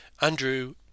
Andrew